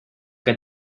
que